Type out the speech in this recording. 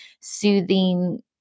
soothing